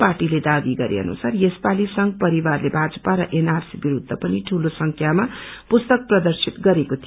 पार्टीले दावी गरे अनुसार यस पाली संघ परिवारले भाजपा र एनआरसी विरूद्ध पनि टूलो संख्यामा पुस्तक प्रदर्शित गरिएको थियो